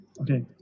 Okay